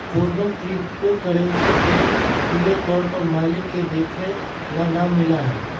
कौनो crypto currency के खुले तौर पर मालिक के देखे ला ना मिला हई